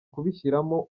kubishyiramo